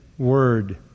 word